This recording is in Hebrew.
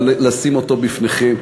לשים אותו בפניכם,